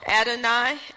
Adonai